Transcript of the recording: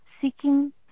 seeking